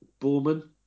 Borman